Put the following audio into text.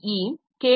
E K